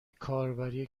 کاربری